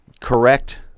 correct